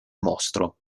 mostro